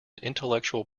intellectual